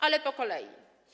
Ale po kolei.